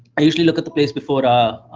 i usually look at the place before, ah